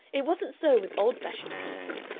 it wasn't so with old-fashioned people,